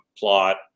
plot